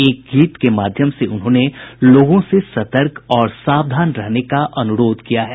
एक गीत के माध्यम से उन्होंने लोगों से सतर्क और सावधान रहने का अनुरोध किया है